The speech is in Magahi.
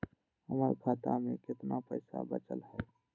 हमर खाता में केतना पैसा बचल हई?